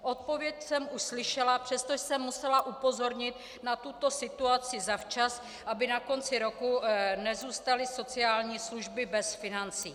Odpověď jsem už slyšela, přesto jsem musela upozornit na tuto situaci zavčas, aby na konci roku nezůstaly sociální služby bez financí.